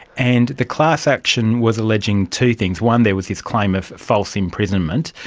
and the class action was alleging two things. one, there was this claim of false imprisonment.